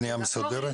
פנייה מסודרת?